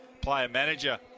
player-manager